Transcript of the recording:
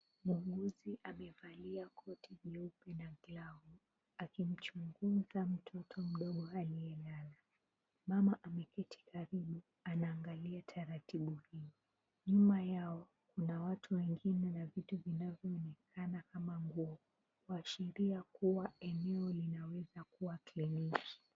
Muuguzi amevalia nguo nyeupe na gloves akimchunguza mtoto mdogo aliyelala mama ameketi karibu anaangalia taratibu hii, nyuma yao kuna watu wengine na vitu vinavyoonekana kama nguo, kuashiria kuwa eneo linaweza kuwa kliniki.